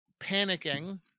panicking